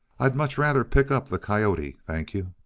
i'd much rather pick up the coyote, thank you.